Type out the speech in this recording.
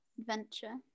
adventure